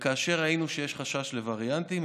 כאשר ראינו שיש חשש לווריאנטים,